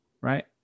right